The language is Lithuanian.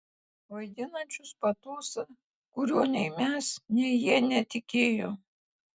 vaidinančius patosą kuriuo nei mes nei jie netikėjo